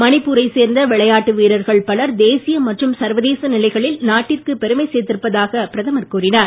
மணிப்பூரைச் சேர்ந்த விளையாட்டு வீரர்கள் பலர் தேசிய மற்றும் சர்வதேச நிலைகளில் நாட்டிற்கு பெருமை சேர்த்திருப்பதாக பிரதமர் கூறினார்